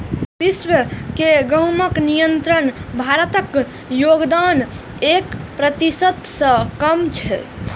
विश्व के गहूम निर्यात मे भारतक योगदान एक प्रतिशत सं कम छै